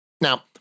Now